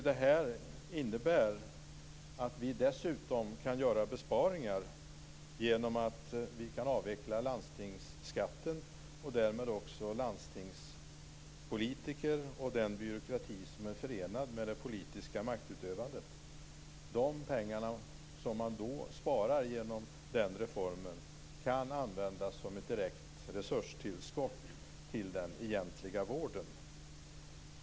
Det här innebär att vi dessutom kan göra besparingar genom att vi kan avveckla landstingsskatten och därmed också landstingspolitikerna och den byråkrati som är förenad med det politiska maktutövandet. De pengar som man sparar genom den reformen kan användas som ett direkt resurstillskott till den egentliga vården.